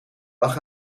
lag